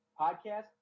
podcast